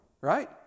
Right